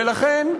ולכן,